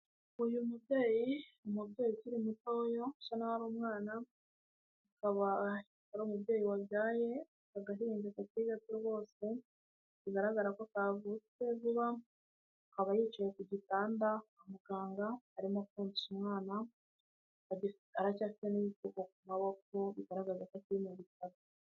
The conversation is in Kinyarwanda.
Uyu mubyeyi umubyeyi ukiri mutoya asa naho umwana, akaba ari umubyeyi wabyaye agahinja kakiri gato rwose, bigaragara ko kavutse vuba, aba yicaye ku gitanda kwa muganga arimo konsa umwana aracyafite n'igipfuko ku maboko bigaragaza ko akiri mu bitaro.